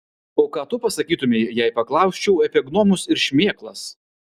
o ką tu pasakytumei jei paklausčiau apie gnomus ir šmėklas